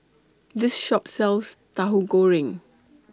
This Shop sells Tahu Goreng